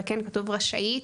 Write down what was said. וכן כתוב רשאית,